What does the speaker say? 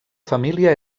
família